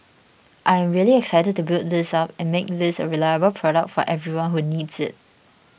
I really excited to build this up and make this a reliable product for everyone who needs it